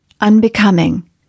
Unbecoming